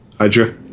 Hydra